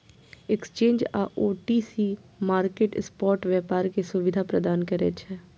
exchange आ OTC market spot व्यापार के सुविधा प्रदान करै छै